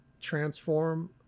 transform